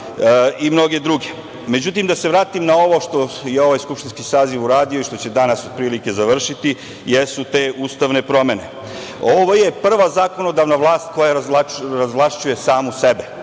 i mnoge druge.Međutim, da se vratim na ovo što je ovaj skupštinski saziv uradio i što će danas, otprilike završiti jesu te ustavne promene. Ovo je prva zakonodavna vlast koja razvlašćuje samu sebe,